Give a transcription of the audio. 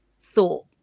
thought